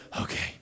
okay